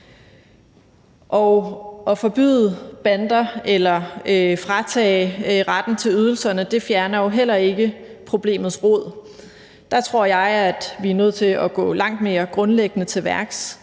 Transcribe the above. om. At forbyde bander eller at fratage dem retten til ydelser fjerner jo heller ikke problemets rod. Der tror jeg, at vi er nødt til at gå langt mere grundlæggende til værks,